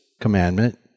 commandment